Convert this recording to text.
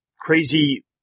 crazy